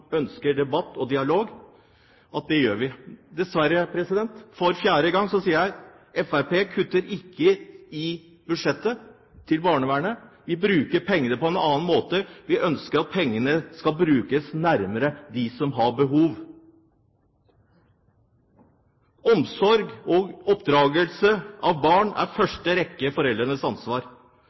gjør vi. For fjerde gang: Fremskrittspartiet kutter ikke i budsjettet til barnevernet, vi bruker pengene på en annen måte. Vi ønsker at pengene skal brukes nærmere dem som har behov. Omsorg og oppdragelse av barn er i første rekke foreldrenes ansvar.